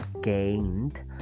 gained